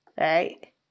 Right